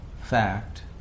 fact